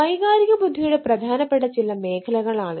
വൈകാരിക ബുദ്ധിയുടെ പ്രധാനപ്പെട്ട ചില മേഖലകളാണിത്